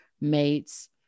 mates